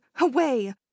away